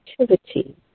activity